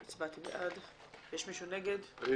הצבעה בעד, 1 נגד, אין